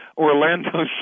Orlando